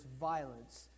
violence